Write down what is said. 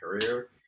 career